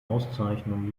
auszeichnung